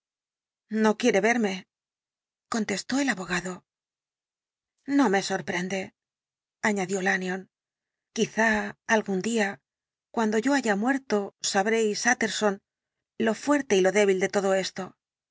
no quiere verme contestó el abogado no me sorprende añadió lanyón quizá algún día cuando yo haya muerto sabréis utterson lo fuerte y lo débil de todo esto